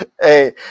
Hey